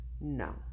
no